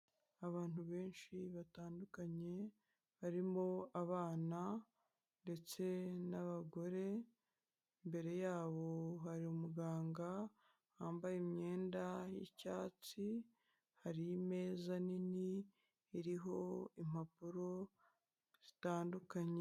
Abantu benshi batandukanye barimo abana ndetse n'abagore, imbere yabo hari umuganga wambaye imyenda y'icyatsi hari imeza nini iriho impapuro zitandukanye.